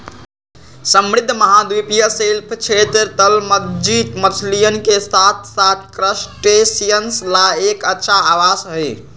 समृद्ध महाद्वीपीय शेल्फ क्षेत्र, तलमज्जी मछलियन के साथसाथ क्रस्टेशियंस ला एक अच्छा आवास हई